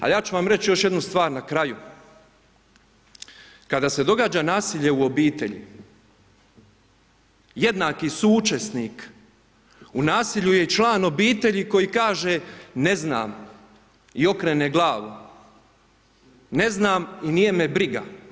Ali ja ću vam reći još jednu stvar na kraju, kada se događa nasilje u obitelji jednaki suučesnik u nasilju je i član obitelji koji kaže ne znam i okrene glavu, ne znam i nije me briga.